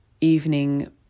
evening